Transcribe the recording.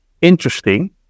interesting